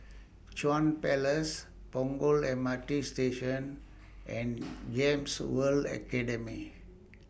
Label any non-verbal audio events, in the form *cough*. Chuan Palace Punggol M R T Station and *noise* Gems World Academy